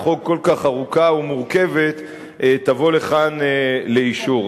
חוק כל כך ארוכה ומורכבת תובא לכאן לאישור.